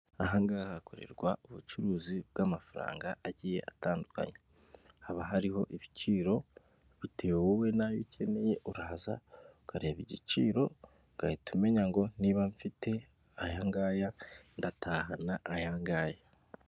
Ahangaha hakorerwa ubucuruzi bw'amafaranga agiye atandukanye, haba hariho ibiciro bitewe wowe n'ayo uba ukeneye, uraza ukareba igiciro ugahita umenya ngo niba mfite ayangaya, ndatahana ayangaya.